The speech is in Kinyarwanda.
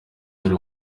hari